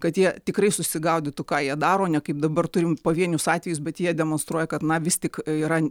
kad jie tikrai susigaudytų ką jie daro ne kaip dabar turim pavienius atvejus bet jie demonstruoja kad na vis tik yra